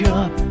up